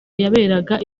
yaberaga